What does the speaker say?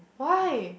why